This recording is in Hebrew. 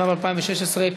התשע"ו 2016,